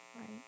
right